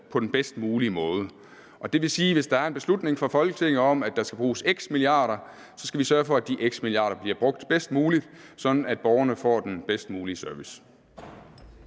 på den bedst mulige måde. Det vil sige, at hvis der er en beslutning fra Folketinget om, at der skal bruges x antal mia. kr., så skal vi sørge for, at de x antal mia. kr. bliver brugt bedst muligt, sådan at borgerne får den bedst mulige service.